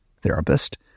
therapist